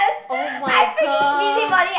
oh-my-god